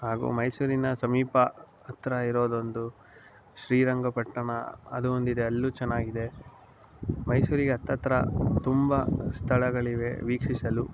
ಹಾಗೂ ಮೈಸೂರಿನ ಸಮೀಪ ಹತ್ತಿರ ಇರೋದೊಂದು ಶ್ರೀರಂಗಪಟ್ಟಣ ಅದು ಒಂದಿದೆ ಅಲ್ಲಿಯೂ ಚೆನ್ನಾಗಿದೆ ಮೈಸೂರಿಗೆ ಹತ್ರತ್ರ ತುಂಬ ಸ್ಥಳಗಳಿವೆ ವೀಕ್ಷಿಸಲು